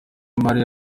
imari